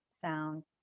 sound